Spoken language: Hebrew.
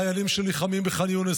חיילים שנלחמים בח'אן יונס,